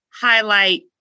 highlight